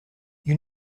you